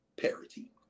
parity